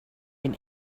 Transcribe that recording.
been